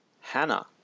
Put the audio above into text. Hannah